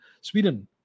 Sweden